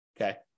okay